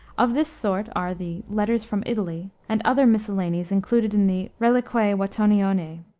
of this sort are the letters from italy, and other miscellanies included in the reliquiae wottonianae,